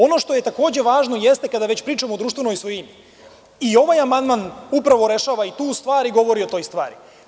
Ono što je takođe važno kada već pričamo o društvenoj svojini, i ovaj amandman upravo rešava i tu stvar i govori o toj stvari.